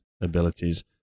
abilities